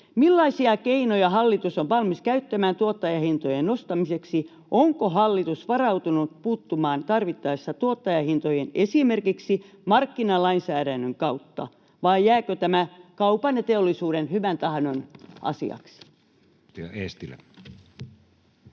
Millaisia keinoja hallitus on valmis käyttämään tuottajahintojen nostamiseksi? Onko hallitus varautunut puuttumaan tarvittaessa tuottajahintoihin esimerkiksi markkinalainsäädännön kautta, vai jääkö tämä kaupan ja teollisuuden hyväntahdon asiaksi?